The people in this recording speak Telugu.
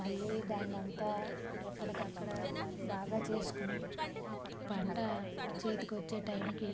మళ్ళీ దాన్నంతా ఎక్కడికక్కడ బాగా చేసుకుని పంట చేతికొచ్చే టైంకి